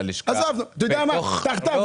עזוב אותך.